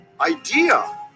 idea